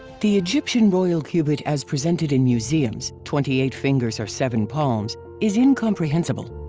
the egyptian royal cubit as presented in museums, twenty eight fingers or seven palms is incomprehensible.